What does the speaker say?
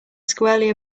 squarely